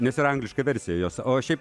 nes yra angliška versija jos o šiaip